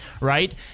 right